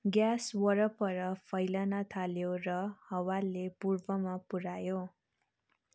gas वरपर फैलन थाल्यो र हावाले पूर्वमा पुऱ्यायो